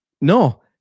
No